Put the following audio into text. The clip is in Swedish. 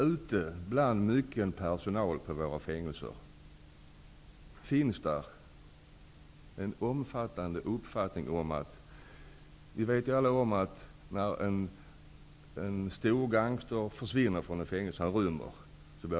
Vi känner ju alla till att det blir stora rubriker i pressen när en storgangster rymmer från ett fängelse.